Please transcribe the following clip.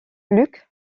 luc